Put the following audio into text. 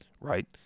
right